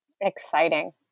Exciting